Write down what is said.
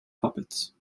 puppets